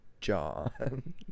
John